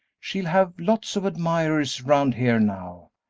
she'll have lots of admirers round here now.